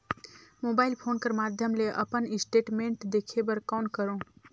Mobile phone कर माध्यम ले अपन स्टेटमेंट देखे बर कौन करों?